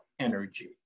energy